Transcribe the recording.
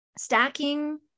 Stacking